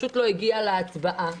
פשוט לא הגיעה להצבעה,